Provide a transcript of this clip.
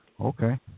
okay